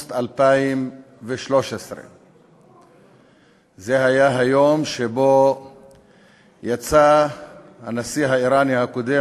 באוגוסט 2013. זה היה היום שבו יצא הנשיא האיראני הקודם